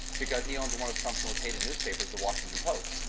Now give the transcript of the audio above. because he owns one of trump's most hated newspapers, the washington post.